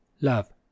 love